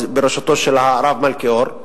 בראשותו של הרב מלכיאור,